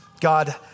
God